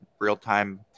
real-time